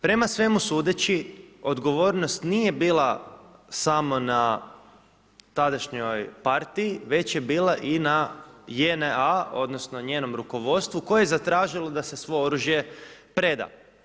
Prema svemu sudeći odgovornost nije bila samo na tadašnjoj partiji, već je bila i na JNA odnosno njenom rukovodstvu koje je zatražilo da se svo oružje preda.